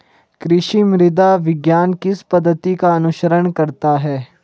कृषि मृदा विज्ञान किस पद्धति का अनुसरण करता है?